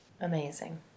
Amazing